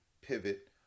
pivot